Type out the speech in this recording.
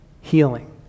healing